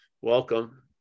Welcome